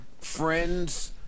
friends